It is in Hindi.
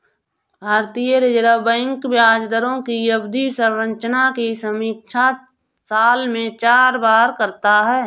भारतीय रिजर्व बैंक ब्याज दरों की अवधि संरचना की समीक्षा साल में चार बार करता है